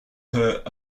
her